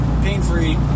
Pain-free